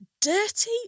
dirty